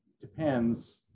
depends